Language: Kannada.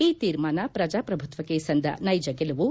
ಈ ತೀರ್ಮಾನ ಪ್ರಜಾಪ್ರಭುತ್ವಕ್ಷೆ ಸಂದ ನೈಜ ಗೆಲುವು